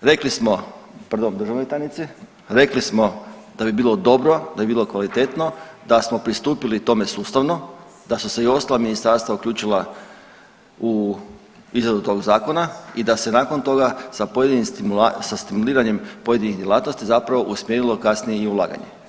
rekli smo, pardon državnoj tajnici, rekli smo da bi bilo dobro, da bi bilo kvalitetno da smo pristupili tome sustavno, da su se i ostala ministarstva uključila u izradu tog zakona i da se nakon toga sa stimuliranjem pojedinih djelatnosti zapravo usmjerilo kasnije i u ulaganje.